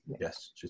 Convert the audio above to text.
yes